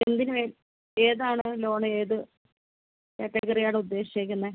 എന്തിനു വേണ്ടി ഏതാണ് ലോൺ ഏത് ക്യാറ്റഗറിയാണ് ഉദ്ദേശിച്ചേക്കുന്നത്